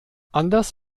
anders